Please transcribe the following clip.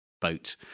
boat